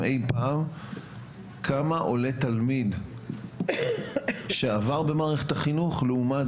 אי פעם כמה עולה תלמיד שעבר במערכת החינוך לעומת